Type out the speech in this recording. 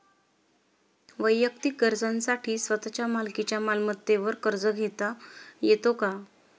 वैयक्तिक गरजांसाठी स्वतःच्या मालकीच्या मालमत्तेवर कर्ज घेता येतो का?